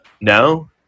No